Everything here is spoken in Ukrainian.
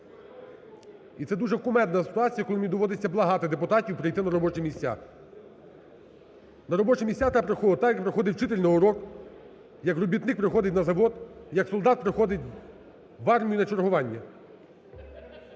І це дуже кумедна ситуація, коли мені доводиться благати депутатів прийти на робочі місця. На робочі місця треба приходити так, як приходить вчитель на урок, як робітник приходить на завод, як солдат приходить в армію на чергування.